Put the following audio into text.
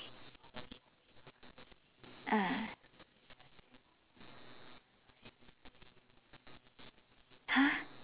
ah !huh!